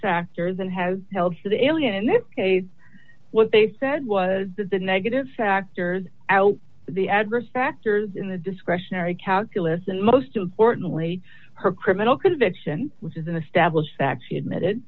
sector that has held for the alien in this case what they said was that the negative factors out the adverse factors in the discretionary calculus and most importantly her criminal conviction which is an established fact she admitted